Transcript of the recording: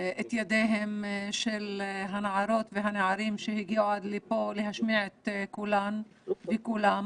ידיהם של הנערות והנערים שהגיעו עד לפה להשמיע את קולן וקולם.